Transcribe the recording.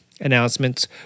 announcements